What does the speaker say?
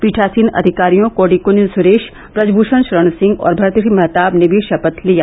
पीठासीन अधिकारियों कोडिकुनिल सुरेश बृजभूषण शरण सिंह और भर्तृहरि महताब ने भी शपथ लिया